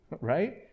right